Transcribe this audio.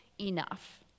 enough